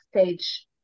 stage